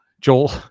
Joel